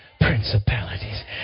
principalities